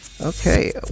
Okay